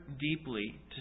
deeply